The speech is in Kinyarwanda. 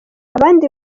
abandi